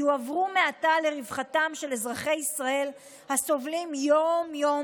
יועברו מעתה לרווחתם של אזרחי ישראל הסובלים יום-יום